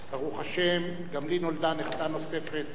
ברוך השם, גם לי נולדה נכדה נוספת.